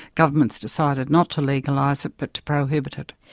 governments decided not to legalise it, but to prohibit it.